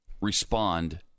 respond